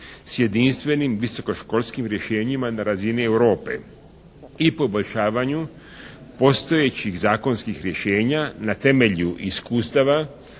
s jedinstvenim visoko školskim rješenjima na razini Europe i poboljšavanju postojećih zakonskih rješenja na temelju iskustava